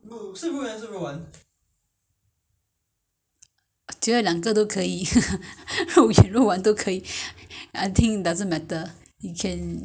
so if you so I just make the the mince meat most important is you buy the mince meat I have it in the freezer so no problem